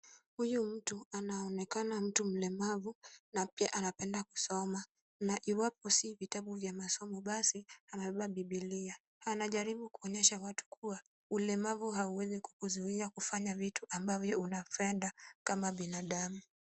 Huyu mtu, anaonekana mtu mlemavu na pia anapenda kusoma na iwapo si vitabu vya masomo basi, amebeba Biblia. Anajaribu kuonyesha watu kuwa ulemavu hauwezi kukuzuia kufanya vitu ambavyo unapenda, kama binadamu.